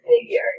figure